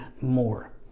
more